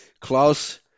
Klaus